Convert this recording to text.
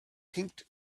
pink